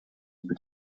but